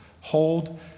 hold